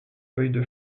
feuilles